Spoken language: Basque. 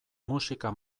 musika